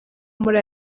muri